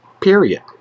Period